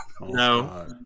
No